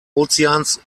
ozeans